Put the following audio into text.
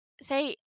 Say